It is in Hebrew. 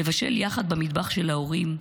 לבשל יחד במטבח של ההורים,